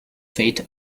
fate